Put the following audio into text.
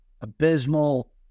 abysmal